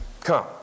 come